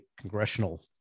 congressional